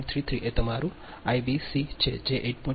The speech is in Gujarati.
33 તે તમારું Ibc જે છે તે 8